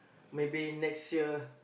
maybe next year